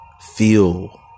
feel